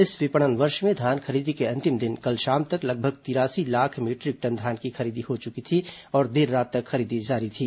इस विपणन वर्ष में धान खरीदी के अंतिम दिन कल शाम तक लगभग तिरासी लाख मीटरिक टन धान की खरीदी हो चुकी थी और देर रात तक खरीदी जारी थी